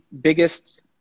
biggest